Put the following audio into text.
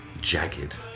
jagged